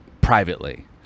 privately